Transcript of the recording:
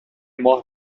ماه